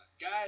Guys